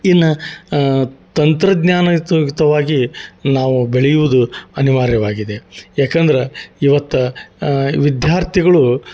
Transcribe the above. ಇನ್ನು ತಂತ್ರಜ್ಞಾನಯುತವಾಗಿ ನಾವು ಬೆಳಿಯುವುದು ಅನಿವಾರ್ಯವಾಗಿದೆ ಏಕಂದ್ರೆ ಇವತ್ತು ವಿಧ್ಯಾರ್ಥಿಗಳು